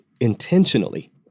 intentionally